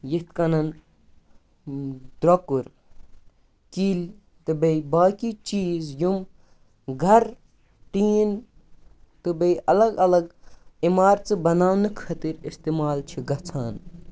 یِتھ کَنۍ ڈۄکُر کِلۍ تہٕ بیٚیہِ باقی چیٖز یِم گرٕ ٹیٖن تہٕ بیٚیہِ اَلگ اَلگ اِمارژٕ بناونہٕ خٲطرٕ اِستعمال چھِ گژھان